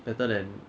better than